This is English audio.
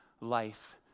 Life